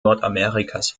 nordamerikas